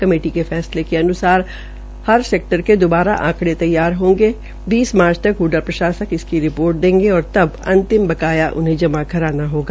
committee ने फैसले के अनुसार हर सेक्टर के दबारा आकंडे तैयार होंगे जो बीस मार्च तक हडा प्रशासन इसकी रिपोर्ट देंगें और तब अंतिम बकाया उन्हें जमा कराना होगा